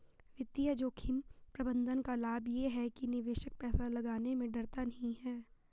वित्तीय जोखिम प्रबंधन का लाभ ये है कि निवेशक पैसा लगाने में डरता नहीं है